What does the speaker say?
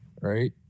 right